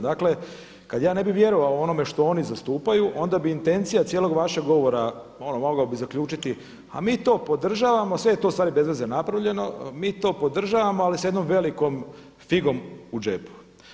Dakle, kada ja ne bi vjerovao onome što oni zastupaju, onda bi intencija cijelog vašeg govora, ono mogao bih zaključiti a mi to podržavamo, sve je to ustvari bez veze napravljeno, mi to podržavamo ali sa jednom velikom figom u džepu.